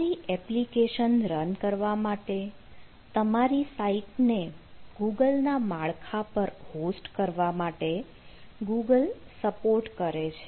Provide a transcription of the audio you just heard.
તમારી application run કરવા માટે તમારી સાઈટને ગૂગલ ના માળખા પર હોસ્ટ કરવા માટે ગૂગલ સપોર્ટ કરે છે